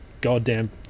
goddamn